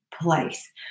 place